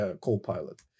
CoPilot